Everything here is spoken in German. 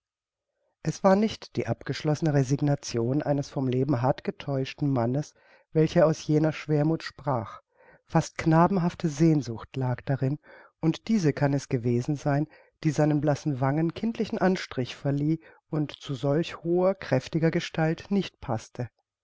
es war nicht die abgeschlossene resignation eines vom leben hart getäuschten mannes welche aus jener schwermuth sprach fast knabenhafte sehnsucht lag darin und diese kann es gewesen sein die seinen blassen wangen kindlichen anstrich verlieh und zu solch hoher kräftiger gestalt nicht paßte